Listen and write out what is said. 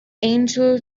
angel